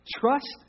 Trust